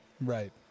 Right